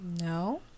No